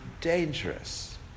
dangerous